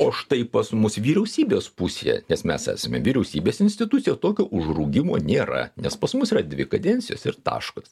o štai pas mus vyriausybės pusėje nes mes esme vyriausybės institucija o tokio užrūgimo nėra nes pas mus yra dvi kadencijos ir taškas